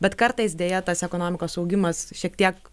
bet kartais deja tas ekonomikos augimas šiek tiek